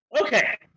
Okay